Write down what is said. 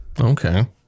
Okay